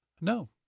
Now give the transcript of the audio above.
no